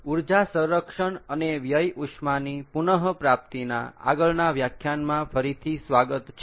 ઊર્જા સંરક્ષણ અને વ્યય ઉષ્માની પુનઃપ્રાપ્તિના આગળના વ્યાખ્યાનમાં ફરીથી સ્વાગત છે